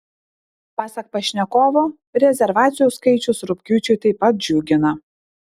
pasak pašnekovo rezervacijų skaičius rugpjūčiui taip pat džiugina